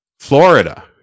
Florida